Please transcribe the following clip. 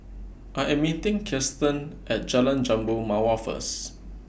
I Am meeting Kiersten At Jalan Jambu Mawar First